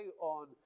on